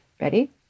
Ready